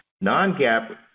Non-GAAP